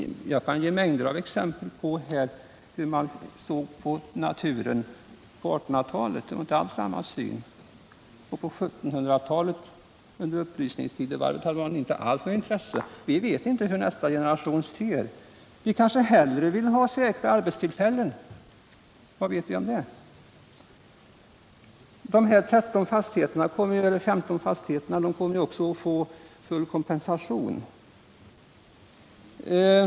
Jag skulle kunna ge mängder av exempel på hur man under 1800-talet hade en helt annan syn på dessa frågor. Under upplysningstidevarvet på 1700-talet hade man inte alls något intresse av dem. Vi vet alltså inte hur nästa generation ser på det här. Den kanske hellre vill ha säkra arbetstillfällen — vad vet vi om det? De 15 fastigheterna kommer ju dessutom att få full kompensation.